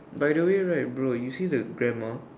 by the way right bro you see the grandma